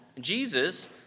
Jesus